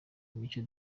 mico